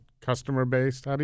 customer-based